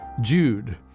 Jude